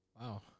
Wow